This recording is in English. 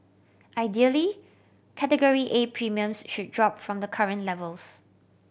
ideally Category A premiums should drop from the current levels